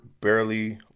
barely